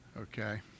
Okay